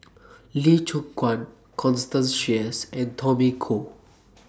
Lee Choon Guan Constance Sheares and Tommy Koh